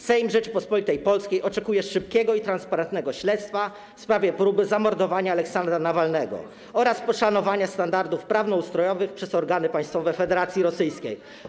Sejm Rzeczypospolitej Polskiej oczekuje szybkiego i transparentnego śledztwa w sprawie próby zamordowania Aleksieja Nawalnego, a także poszanowania standardów prawnoustrojowych przez organy państwowe Federacji Rosyjskiej.